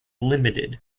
limited